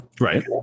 Right